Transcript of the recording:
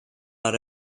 are